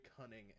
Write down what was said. cunning